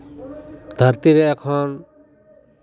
ᱫᱷᱟᱹᱨᱛᱤ ᱨᱮ ᱮᱠᱷᱚᱱ